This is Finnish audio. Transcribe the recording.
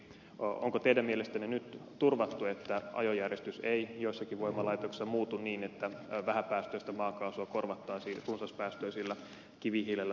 onko teidän mielestänne nyt turvattu että ajojärjestys ei joissakin voimalaitoksissa muutu niin että vähäpäästöistä maakaasua korvattaisiin runsaspäästöisillä kivihiilellä tai turpeella